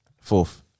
Fourth